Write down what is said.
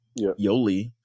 Yoli